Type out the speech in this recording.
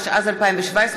התשע"ז 2017,